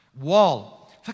wall